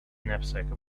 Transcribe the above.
knapsack